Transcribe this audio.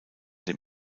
den